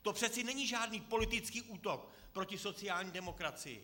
To přece není žádný politický útok proti sociální demokracii.